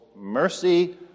mercy